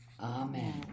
Amen